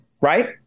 Right